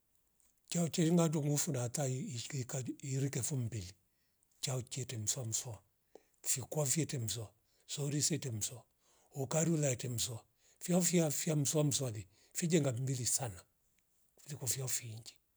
Chao cherenga ndwangufu natai ishike kaju irikefo mbili chao chete mswamswa fikwa vyete mswa sorisete mzwa ukari ulaete mzwa fifia fia mswamswale fija kangundili sana fili kofio fiinji